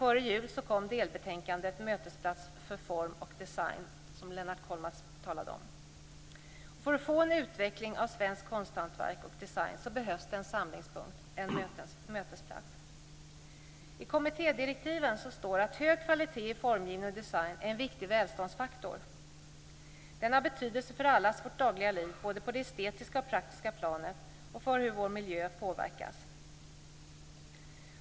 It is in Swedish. Före jul kom delbetänkandet Mötesplats för form och design, som Lennart Kollmats talade om. För att få en utveckling av svenskt konsthantverk och svensk design behövs det en samlingspunkt, en mötesplats. I kommittédirektiven står det att hög kvalitet i formgivning och design är en viktig välståndsfaktor. Den har betydelse för allas vårt dagliga liv på både det estetiska och praktiska planet och för hur vår miljö påverkas.